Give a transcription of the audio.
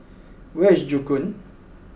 where is Joo Koon